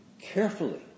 carefully